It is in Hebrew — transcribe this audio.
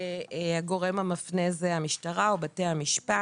הגורם המפנה זה המשטרה או בתי המשפט.